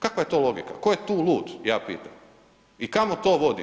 Kakva je to logika, ko je tu lud ja pitam i kamo to vodi?